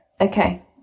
Okay